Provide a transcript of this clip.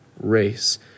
race